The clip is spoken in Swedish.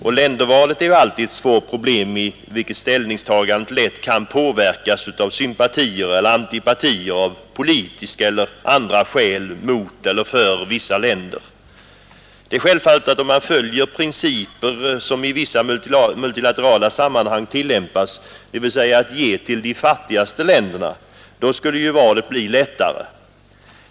Och ländervalet är alltid ett svårt problem, i vilket ställningstagandet lätt kan påverkas av sympatier eller antipatier av politiska eller andra skäl för eller mot vissa länder. Det är självfallet att om man följer den princip som i vissa multilaterala sammanhang tillämpas, dvs. att ge till de fattigaste länderna, skulle valet bli lättare.